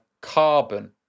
carbon